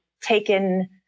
taken